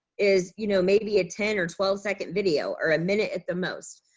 is you know maybe a ten or twelve second video or a minute at the most.